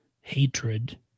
hatred